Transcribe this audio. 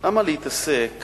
למה להתעסק